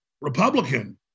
Republican